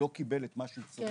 לא קיבל את מה שהוא צריך